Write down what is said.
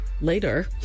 later